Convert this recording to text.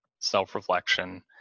self-reflection